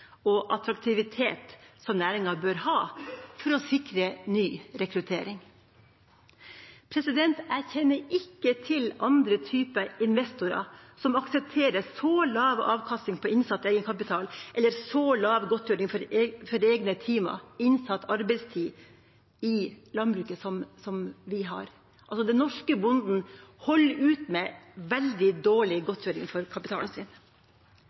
og attraktivitet, som næringa bør ha for å sikre ny rekruttering. Jeg kjenner ikke til andre typer investorer som aksepterer så lav avkastning på innsatt egenkapital eller så lav godtgjøring for egne timer, innsatt arbeidstid, i landbruket, som vi har. Den norske bonden holder ut med veldig dårlig godtgjøring for kapitalen sin.